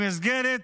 במסגרת